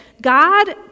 God